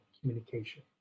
communication